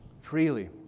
Freely